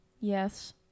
yes